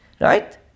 Right